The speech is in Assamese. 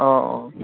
অঁ অঁ